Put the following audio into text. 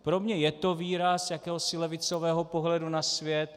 Pro mě je to výraz jakéhosi levicového pohledu na svět.